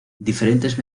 diferentes